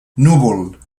núvol